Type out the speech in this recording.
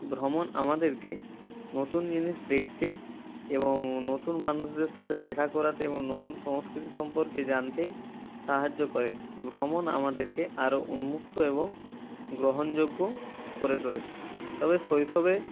ভ্রমণ আমাদেরকে নতুন জিনিস দেখতে এবং নতুন মানুষদের সাতে দেখা করাতে এবং নতুন সংস্কৃতি সম্পর্কে জানতে সাহায্য করে ভ্রমণ আমাদেরকে আরও উন্মুক্ত এবং গ্রহণযোগ্য করে তোলে তবে শৈশবে